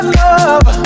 love